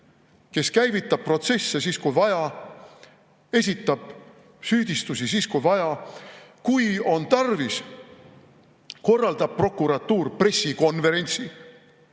kes käivitab protsesse siis, kui vaja, esitab süüdistusi siis, kui vaja. Kui on tarvis, korraldab prokuratuur pressikonverentsi,